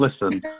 listen